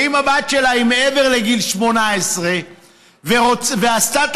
ואם הבת שלה היא מעבר לגיל 18 והיא עשתה את